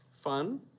Fun